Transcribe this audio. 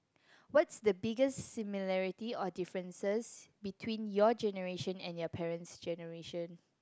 what's the biggest similarity or differences between your generation and your parents' generation